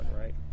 right